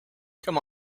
come